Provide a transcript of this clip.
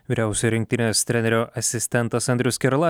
vyriausio rinktinės trenerio asistentas andrius skerla